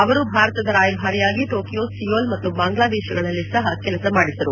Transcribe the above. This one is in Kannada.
ಅವರು ಭಾರತದ ರಾಯಭಾರಿಯಾಗಿ ಟೋಕಿಯೋ ಸಿಯೋಲ್ ಮತ್ತು ಬಾಂಗ್ಲಾದೇಶಗಳಲ್ಲಿ ಸಹ ಕೆಲಸ ಮಾಡಿದ್ದರು